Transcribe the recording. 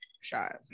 shot